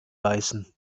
beißen